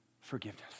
forgiveness